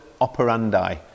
operandi